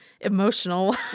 emotional